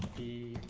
the